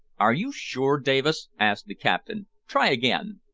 are you sure, davis? asked the captain try again.